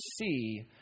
see